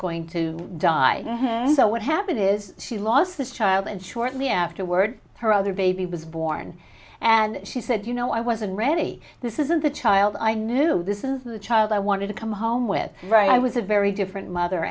going to die so what happened is she lost the child and shortly afterward her other baby was born and she said you know i wasn't ready this isn't the child i knew this is the child i wanted to come home with right i was a very different mother